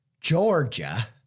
Georgia